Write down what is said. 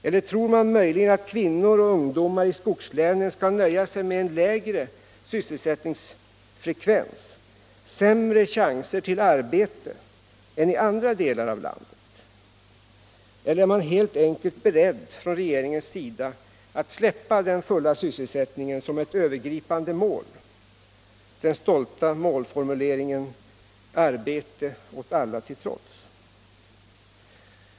Eller tror man möjligen att kvinnor och ungdomar i skogslänen skall nöja sig med en lägre sysselsättningsfrekvens, sämre chanser till arbete, än i andra delar av landet eller är regeringen helt enkelt beredd att släppa den fulla sysselsättningen som ett övergripande mål, den stolta målformuleringen ”arbete åt alla” till trots?